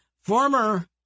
former